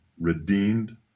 redeemed